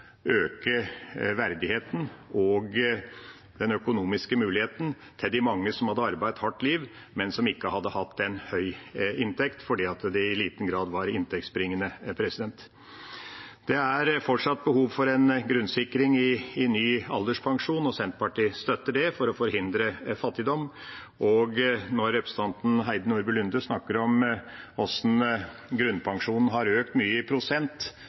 øke verdigheten og den økonomiske muligheten for de mange som hadde arbeidet et hardt liv, men som ikke hadde hatt en høy inntekt fordi det i liten grad var inntektsbringende. Det er fortsatt behov for en grunnsikring i ny alderspensjon, og Senterpartiet støtter det for å forhindre fattigdom. Når representanten Heidi Nordby Lunde snakker om hvordan grunnpensjonen har økt mye i prosent,